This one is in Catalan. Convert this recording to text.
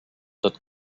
tot